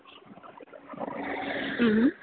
മ്മ്